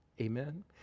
Amen